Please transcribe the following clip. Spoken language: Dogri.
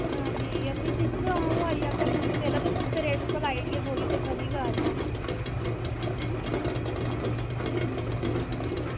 भी दिक्खगा अं'ऊ आई जाह्गा शामीं बेल्लै रेट लाई ओड़गे